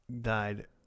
died